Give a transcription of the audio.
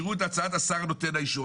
יראו את הצעת השר נותן האישור.